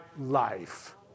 life